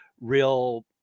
real